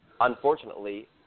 unfortunately